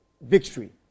victory